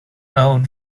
known